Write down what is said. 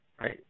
Right